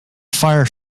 fire